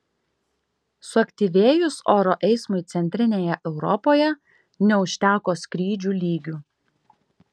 suaktyvėjus oro eismui centrinėje europoje neužteko skrydžių lygių